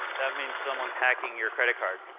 that means someone's hacking your credit card.